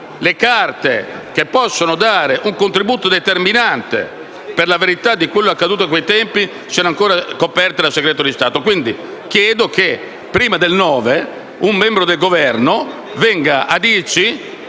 le carte che possono dare un contributo determinante alla verità su quanto accaduto a quei tempi sono ancora coperte dal segreto di Stato. Chiedo, quindi, che prima del 9 maggio, un membro del Governo venga in